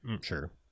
Sure